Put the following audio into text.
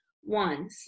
One